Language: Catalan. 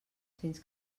fins